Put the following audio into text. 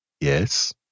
Yes